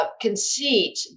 conceit